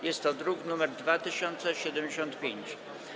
Jest to druk nr 2075.